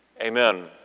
amen